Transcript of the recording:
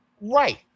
right